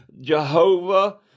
Jehovah